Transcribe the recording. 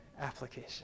application